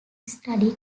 study